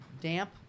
damp